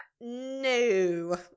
No